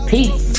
Peace